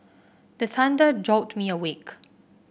the thunder jolt me awake